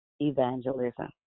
Evangelism